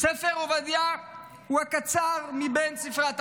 "ספר עובדיה הוא הקצר מבין ספרי התנ"ך.